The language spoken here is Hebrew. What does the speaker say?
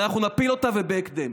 ואנחנו נפיל אותה ובהקדם.